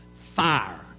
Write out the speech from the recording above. fire